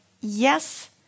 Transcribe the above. yes